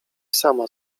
sama